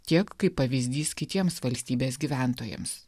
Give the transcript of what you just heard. tiek kaip pavyzdys kitiems valstybės gyventojams